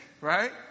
right